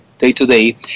day-to-day